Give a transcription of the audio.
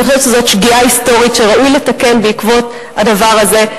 אני חושבת שזאת שגיאה היסטורית שראוי לתקן אותה בעקבות הדבר הזה.